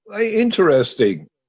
interesting